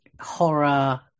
horror